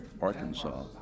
Arkansas